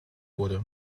wurde